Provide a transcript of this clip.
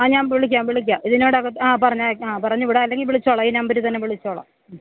ആ ഞാന് വിളിക്കാം വിളിക്കാം ഇതിനോടകത്ത് ആ പറഞ്ഞയക്കാം ആ പറഞ്ഞുവിടാം അല്ലെങ്കില് വിളിച്ചോളാം ഈ നമ്പരില്ത്തന്നെ വിളിച്ചോളാം മ്